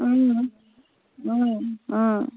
অঁ